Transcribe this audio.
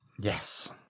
Yes